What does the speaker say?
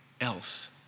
else